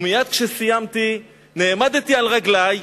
ומייד כשסיימתי, נעמדתי על רגלי,